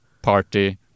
party